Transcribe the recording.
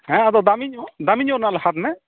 ᱦᱮᱸ ᱟᱫᱚ ᱫᱟᱹᱢᱤ ᱫᱟᱹᱢᱤ ᱧᱚᱜ ᱨᱮᱱᱟᱜ ᱦᱟᱛ ᱢᱮ